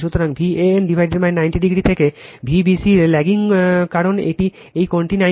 সুতরাং Van 90o থেকে Vbc lagging কারণ এই কোণটি 90o